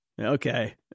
okay